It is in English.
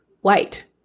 white